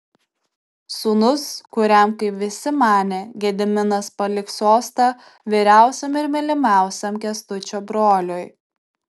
sūnus kuriam kaip visi manė gediminas paliks sostą vyriausiam ir mylimiausiam kęstučio broliui